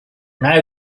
now